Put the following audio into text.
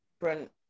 different